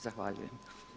Zahvaljujem.